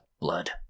Blood